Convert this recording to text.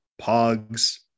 pogs